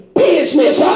business